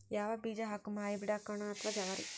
ಯಾವ ಬೀಜ ಹಾಕುಮ, ಹೈಬ್ರಿಡ್ ಹಾಕೋಣ ಅಥವಾ ಜವಾರಿ?